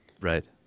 Right